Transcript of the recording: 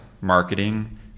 marketing